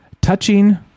touching